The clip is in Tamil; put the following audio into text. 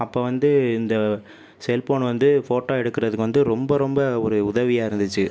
அப்போது வந்து இந்த செல் ஃபோன் வந்து போட்டோ எடுக்கிறதுக்கு வந்து ரொம்ப ரொம்ப ஒரு உதவியாக இருந்துச்சு